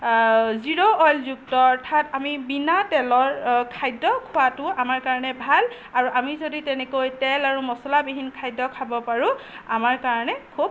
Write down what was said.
zero অইলযুক্ত অৰ্থাৎ আমি বিনা তেলৰ খাদ্য আমাৰ কাৰণে ভাল আৰু আমি যদি তেনেকৈ তেল আৰু মচলাবিহীন খাদ্য খাব পাৰোঁ আমাৰ কাৰণে খুব